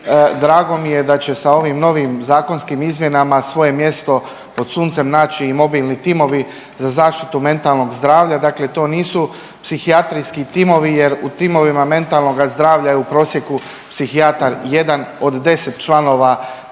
Drago mi je da će sa ovim novim zakonskim izmjenama svoje mjesto pod suncem naći i mobilni timovi za zaštitu mentalnog zdravlja, dakle to nisu psihijatrijski timovi jer u timovima mentalnoga zdravlja je u prosjeku psihijatar jedan od 10 članova